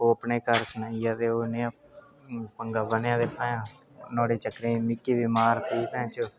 घरा आह्ले आखन लगे लड़ाई लड़ूई नेई करनी हून तू बड्डे थाह्रे जादेैं समझदार होईजा पंगा नेई करना